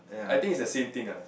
I think it's the same thing ah